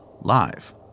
live